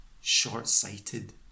short-sighted